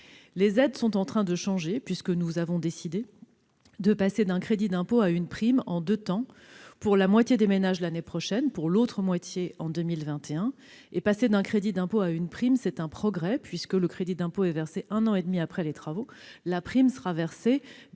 Les aides sont en train de changer, puisque nous avons décidé de passer d'un crédit d'impôt à une prime, en deux temps : pour la moitié des ménages, l'année prochaine, et, pour l'autre, en 2021. Le passage d'un crédit d'impôt à une prime est un progrès, puisque le premier était versé un an et demi après les travaux, quand la seconde sera versée dès